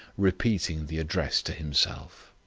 repeating the address to himself.